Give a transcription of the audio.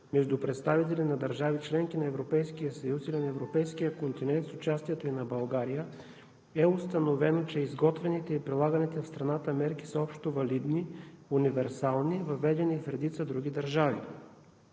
между представители на държави – членки на Европейския съюз, и на европейския континент с участието и на България е установено, че изготвените и прилаганите в страната мерки са общовалидни, универсални, въведени в редица други държави.